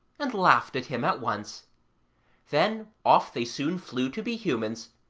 and laughed at him at once then off they soon flew to be humans,